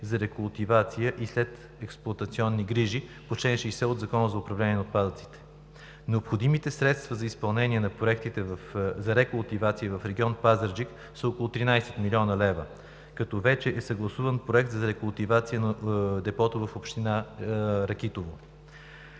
за рекултивация и следексплоатационни грижи по чл. 60 за управление на отпадъците. Необходимите средства за изпълнение на проектите за рекултивация в регион Пазарджик са около 13 млн. лв. Вече е съгласуван проект за рекултивация на депото в община Ракитово.